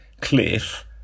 Cliff